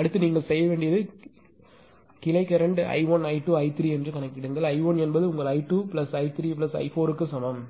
அடுத்து நீங்கள் செய்ய வேண்டியது கிளை கரண்ட் I1 I2 I3 என்று கணக்கிடுங்கள் I1 என்பது உங்கள் i2i3i4 க்கு சமம்